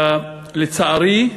לצערי,